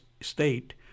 state